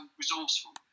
resourceful